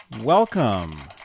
Welcome